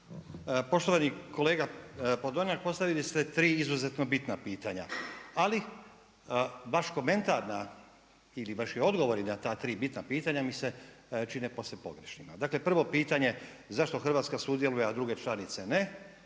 Poštovani kolega Podolnjak, postavili ste 3 izuzetno bitna pitanja, ali vaš komentar da, ili vaši odgovori na ta 3 bitna pitanja mi se čine posve pogrešnima. Dakle prvo pitanje zašto Hrvatska sudjeluje a druge članice ne?